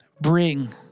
bring